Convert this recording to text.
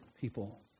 people